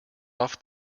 off